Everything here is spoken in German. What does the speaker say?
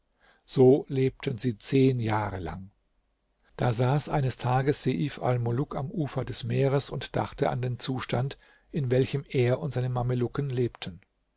so lebten sie zehn jahre lang da saß eines tages seif almuluk am ufer des meeres und dachte an den zustand in welchem er und seine mamelucken lebten